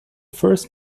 first